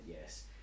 yes